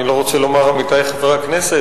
אני לא רוצה לומר עמיתי חברי הכנסת,